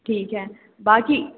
ठीक है बाकि